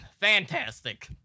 fantastic